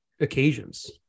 Occasions